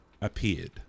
appeared